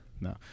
No